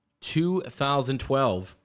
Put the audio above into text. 2012